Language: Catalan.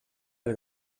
del